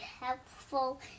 helpful